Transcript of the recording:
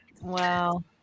Wow